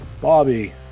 Bobby